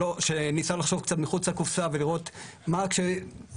שניסה לחשוב קצת מחוץ לקופסה ולראות מה הקשיים,